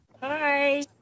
Hi